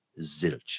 Zilch